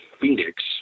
Phoenix